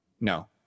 No